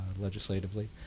legislatively